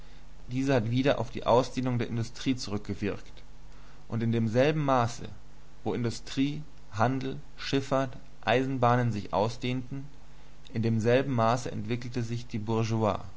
diese hat wieder auf die ausdehnung der industrie zurückgewirkt und in demselben maße worin industrie handel schiffahrt eisenbahnen sich ausdehnten in demselben maße entwickelte sich die